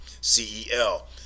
cel